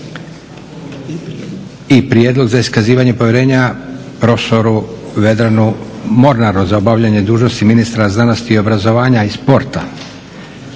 - Prijedlog za iskazivanje povjerenja prof.dr. Vedranu Mornaru, za obavljanje dužnosti ministra znanosti, obrazovanja i sporta